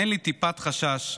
אין לי טיפת חשש,